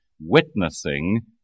witnessing